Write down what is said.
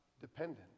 dependent